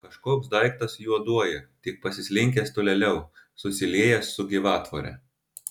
kažkoks daiktas juoduoja tik pasislinkęs tolėliau susiliejęs su gyvatvore